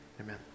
Amen